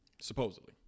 Supposedly